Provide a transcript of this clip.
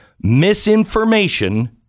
misinformation